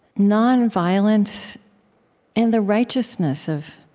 nonviolence and the righteousness of